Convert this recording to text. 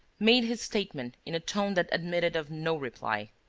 made his statement in a tone that admitted of no reply